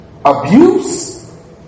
Abuse